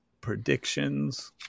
predictions